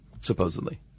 supposedly